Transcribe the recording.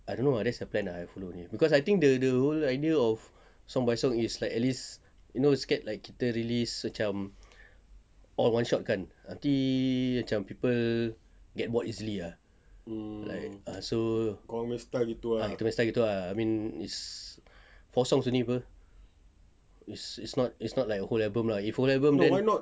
I don't know ah that's the plan ah I follow only cause I think the the whole idea of song by song is like at least you know scared like kita release macam all one shot kan nanti macam people get bored easily ah like ah so kita punya style gitu ah I mean is four songs only apa it's not it's not like a whole album lah if whole album then